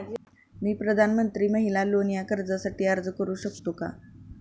मी प्रधानमंत्री महिला लोन या कर्जासाठी अर्ज करू शकतो का?